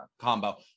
combo